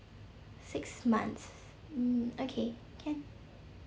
six months mm okay can